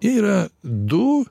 jie yra du